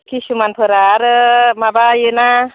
खिसुमानफोरा आरो माबायोना